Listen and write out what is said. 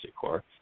core